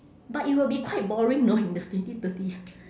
but it will be quite boring know in the twenty thirty